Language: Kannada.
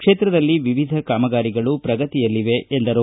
ಕ್ಷೇತ್ರದಲ್ಲಿ ವಿವಿಧ ಕಾಮಗಾರಿಗಳು ಪ್ರಗತಿಯಲ್ಲಿವೆ ಎಂದರು